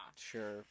Sure